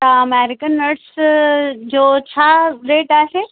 त American nuts जो छा रेट आहे